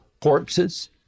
corpses